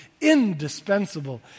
indispensable